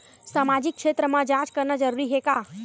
सामाजिक क्षेत्र म जांच करना जरूरी हे का?